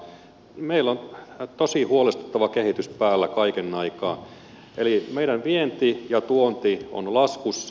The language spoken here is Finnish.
meillä on tosi huolestuttava kehitys päällä kaiken aikaa eli meidän vienti ja tuonti on laskussa